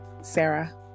Sarah